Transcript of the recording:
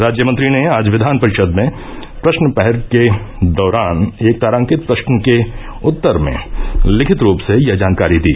राज्यमंत्री ने आज विधान परिषद में प्रश्न प्रहर के दौरान एक तारांकित प्रश्न के उत्तर में लिखित रूप से यह जानकारी दी